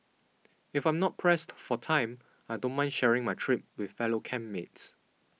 if I'm not pressed for time I don't mind sharing my trip with fellow camp mates